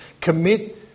commit